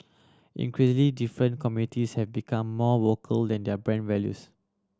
increasingly different communities have become more vocal than their brand values